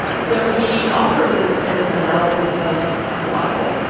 so he offers an extensive analysis of the bible.